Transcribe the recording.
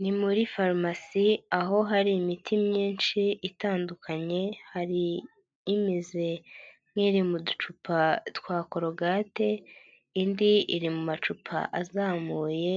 Ni muri farumasi aho hari imiti myinshi itandukanye, hari imeze nk'iri mu ducupa twa korogati, indi iri mu macupa azamuye,